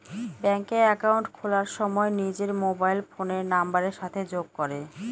ব্যাঙ্কে একাউন্ট খোলার সময় নিজের মোবাইল ফোনের নাম্বারের সাথে যোগ করে